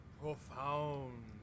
profound